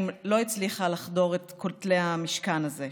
לא הצליחה לחדור את כותלי המשכן הזה,